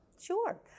Sure